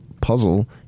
puzzle